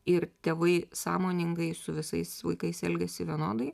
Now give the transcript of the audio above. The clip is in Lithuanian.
ir tėvai sąmoningai su visais vaikais elgiasi vienodai